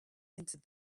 entered